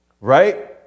Right